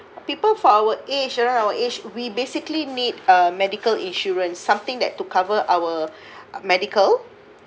people for our age ah our age we basically need uh medical insurance something that to cover our medical